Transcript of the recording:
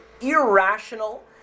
irrational